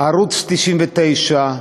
ערוץ 99,